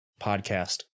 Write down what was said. podcast